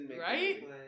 Right